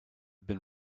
been